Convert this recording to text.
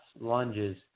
lunges